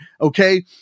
Okay